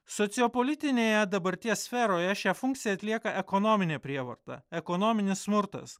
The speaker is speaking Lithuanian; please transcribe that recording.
sociopolitinėje dabarties sferoje šią funkciją atlieka ekonominė prievarta ekonominis smurtas